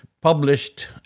published